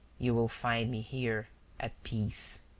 you will find me here at peace.